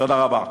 תודה רבה.